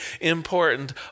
important